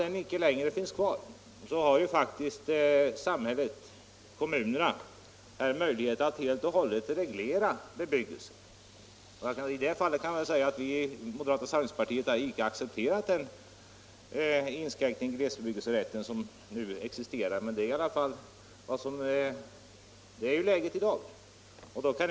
Genom att den icke finns kvar har faktiskt kommunerna möjligheter att helt och hållet reglera bebyggelsen. Vi i moderata samlingspartiet har icke accepterat den inskränkning av glesbebyggelserätten som nu existerar, men sådant är i alla fall läget i dag.